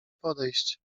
podejść